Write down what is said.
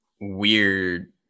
weird